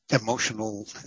emotional